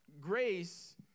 Grace